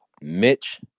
Mitch